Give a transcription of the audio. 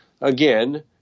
again